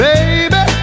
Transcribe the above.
Baby